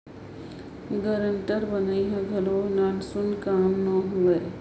guarantor बनई हर घलो नानसुन काम ना हवे